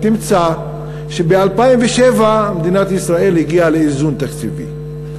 תמצא שב-2007 מדינת ישראל הגיעה לאיזון תקציבי,